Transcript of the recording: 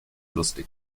lustig